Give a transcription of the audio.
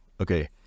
okay